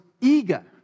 eager